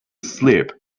slip